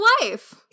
life